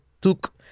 took